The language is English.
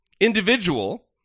individual